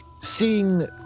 seeing